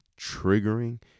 triggering